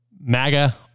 MAGA